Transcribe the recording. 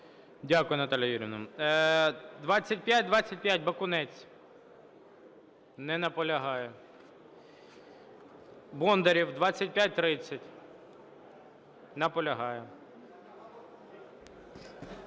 Дякую, Наталія Юріївна. 2525, Бакунець. Не наполягає. Бондарєв, 2530. Наполягає.